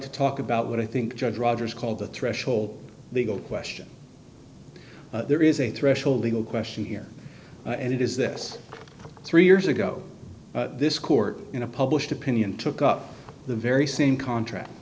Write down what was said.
to talk about what i think judge rogers called the threshold legal question there is a threshold legal question here and it is this three years ago this court in a published opinion took up the very same contract